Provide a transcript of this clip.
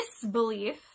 disbelief